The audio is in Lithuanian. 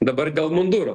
dabar dėl munduro